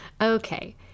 Okay